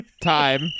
time